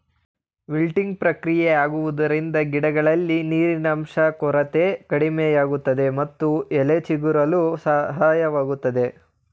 wilting ಪ್ರಕ್ರಿಯೆ ಆಗುವುದರಿಂದ ಗಿಡಗಳಲ್ಲಿ ನೀರಿನಂಶದ ಕೊರತೆ ಕಡಿಮೆಯಾಗುತ್ತದೆ ಮತ್ತು ಎಲೆ ಚಿಗುರಲು ಸಹಾಯವಾಗುತ್ತದೆ